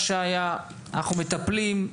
מה שהיה אנחנו מטפלים.